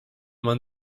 man